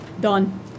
Done